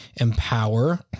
empower